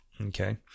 Okay